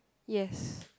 yes